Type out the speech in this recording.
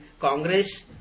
Congress